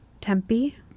Tempe